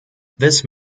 this